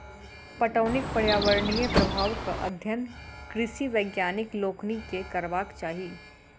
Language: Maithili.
पटौनीक पर्यावरणीय प्रभावक अध्ययन कृषि वैज्ञानिक लोकनि के करबाक चाही